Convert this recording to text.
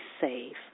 safe